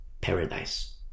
paradise